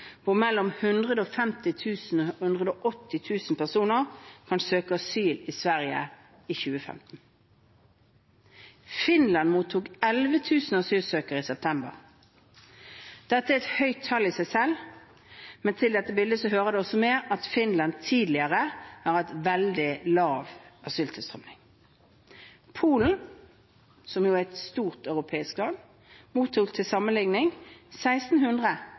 hvor mellom 150 000 og 180 000 personer kan søke asyl i Sverige i 2015. Finland mottok 11 000 asylsøkere i september. Dette er et høyt tall i seg selv, men til dette bildet hører også med at Finland tidligere har hatt veldig lav asyltilstrømning. Polen, som er et stort europeisk land, mottok til sammenligning